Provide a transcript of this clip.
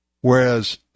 Whereas